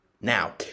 Now